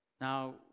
Now